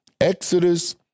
Exodus